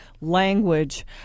language